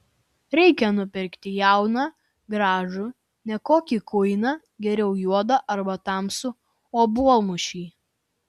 reikia nupirkti jauną gražų ne kokį kuiną geriau juodą arba tamsų obuolmušį